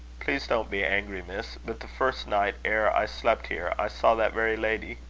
please, don't be angry, miss but the first night e'er i slept here, i saw that very lady